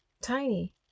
tiny